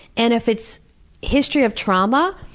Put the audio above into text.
and if it's history of trauma,